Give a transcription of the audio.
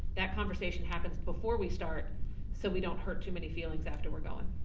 that conversation happens before we start so we don't hurt too many feelings after we're gone.